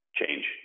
change